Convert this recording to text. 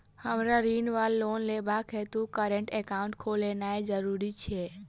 हमरा ऋण वा लोन लेबाक हेतु करेन्ट एकाउंट खोलेनैय जरूरी छै?